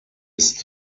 ist